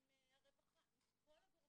עם הרווחה, עם כל הגורמים,